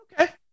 Okay